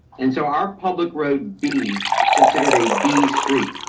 and so our public road b it's considered a b street.